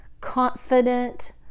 confident